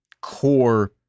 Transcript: core